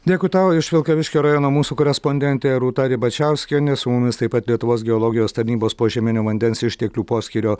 dėkui tau iš vilkaviškio rajono mūsų korespondentė rūta ribačiauskienė su mumis taip pat lietuvos geologijos tarnybos požeminių vandens išteklių poskyrio